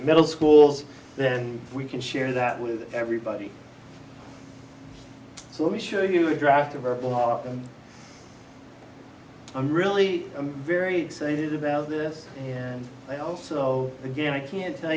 middle schools then we can share that with everybody so let me show you a draft of our blog i'm really i'm very excited about this and i also again i can't tell